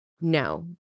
No